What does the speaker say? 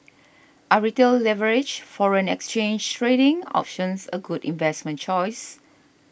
are retail leveraged foreign exchange trading options a good investment choice